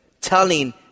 telling